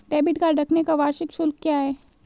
Debit card रखने का वार्षिक शुल्क क्या है?